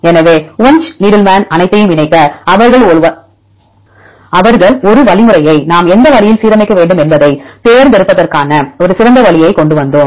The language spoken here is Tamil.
எனவே வுன்ச் நீடில்மேன் அனைத்தையும் இணைக்க அவர்கள் ஒரு வழிமுறையை நாம் எந்த வழியில் சீரமைக்க வேண்டும் என்பதைத் தேர்ந்தெடுப்பதற்கான ஒரு சிறந்த வழியைக் கொண்டு வந்தோம்